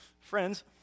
Friends